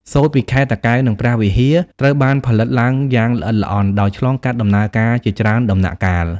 សូត្រពីខេត្តតាកែវ និងព្រះវិហារ ត្រូវបានផលិតឡើងយ៉ាងល្អិតល្អន់ ដោយឆ្លងកាត់ដំណើរការជាច្រើនដំណាក់កាល។